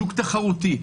שוק תחרותי,